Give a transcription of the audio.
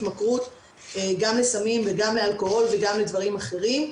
התמכרות גם לסמים וגם לאלכוהול וגם לדברים אחרים.